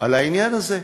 על העניין הזה.